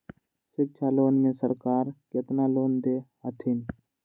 शिक्षा लोन में सरकार केतना लोन दे हथिन?